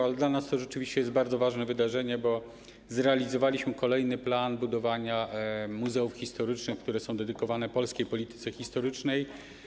Ale dla nas to rzeczywiście jest bardzo ważne wydarzenie, bo zrealizowaliśmy kolejny plan budowania muzeów historycznych, które są dedykowane polskiej polityce historycznej.